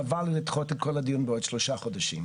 חבל לדחות את כל הדיון בעוד שלושה חודשים.